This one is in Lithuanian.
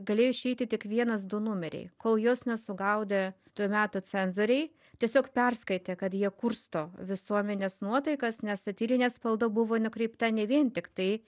galėjo išeiti tik vienas du numeriai kol juos nesugaudė to meto cenzoriai tiesiog perskaitė kad jie kursto visuomenės nuotaikas nes satyrinė spauda buvo nukreipta ne vien tik tai